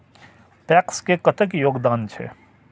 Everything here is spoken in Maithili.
पैक्स के कतेक योगदान छै?